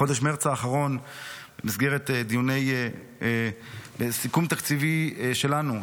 בחודש מרץ האחרון במסגרת דיוני סיכום תקציבי שלנו,